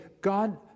God